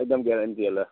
একদম গেৰাণ্টি